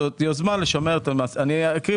זאת יוזמה לשמר את המלאכות.